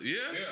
Yes